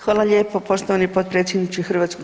Hvala lijepo poštovani potpredsjedniče HS.